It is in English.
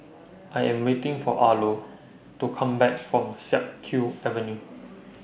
I Am waiting For Arlo to Come Back from Siak Kew Avenue